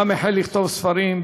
החל לכתוב ספרים,